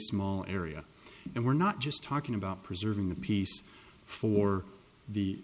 small area and we're not just talking about preserving the peace for the